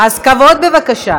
שהיא תדבר על החוק.